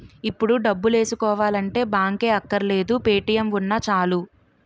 ఇప్పుడు డబ్బులేసుకోవాలంటే బాంకే అక్కర్లేదు పే.టి.ఎం ఉన్నా చాలు